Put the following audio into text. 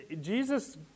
Jesus